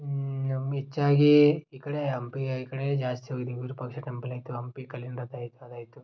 ನಮ್ಮ ಹೆಚ್ಚಾಗೀ ಈ ಕಡೇ ಹಂಪಿಗೆ ಈ ಕಡೇಯೇ ಜಾಸ್ತಿ ಹೋಗಿದೀವಿ ವಿರುಪಾಕ್ಷ ಟೆಂಪಲ್ ಆಯಿತು ಹಂಪಿ ಕಲ್ಲಿನ ರಥ ಆಯಿತು ಅದಾಯಿತು